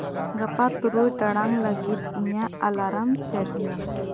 ᱜᱟᱯᱟ ᱛᱩᱨᱩᱭ ᱴᱟᱲᱟᱝ ᱞᱟᱹᱜᱤᱫ ᱤᱧᱟᱹᱜ ᱮᱞᱟᱨᱢ ᱥᱮᱴ ᱢᱮ